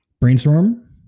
brainstorm